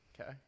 Okay